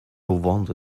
wonder